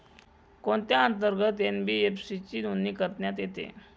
कोणत्या अंतर्गत एन.बी.एफ.सी ची नोंदणी करण्यात येते?